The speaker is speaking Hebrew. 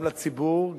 גם לציבור,